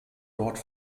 dort